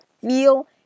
feel